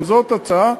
גם זאת הצעה,